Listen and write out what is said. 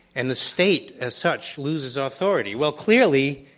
and the state as such loses authority, well clearly,